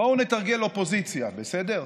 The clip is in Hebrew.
בואו נתרגל אופוזיציה, בסדר?